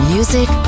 Music